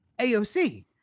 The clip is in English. AOC